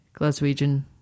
Glaswegian